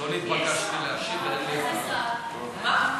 לא התבקשתי להשיב ואין לי, מה?